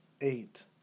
Eight